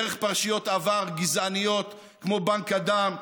דרך פרשיות עבר גזעניות כמו בנק הדם,